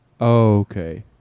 okay